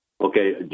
Okay